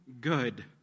good